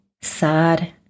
sad